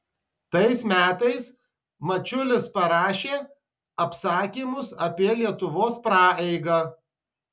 tais metais mačiulis parašė apsakymus apie lietuvos praeigą